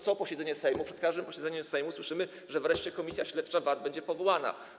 Co posiedzenie Sejmu, przed każdym posiedzeniem Sejmu słyszymy, że wreszcie komisja śledcza dotycząca VAT-u będzie powołana.